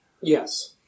Yes